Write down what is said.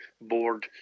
board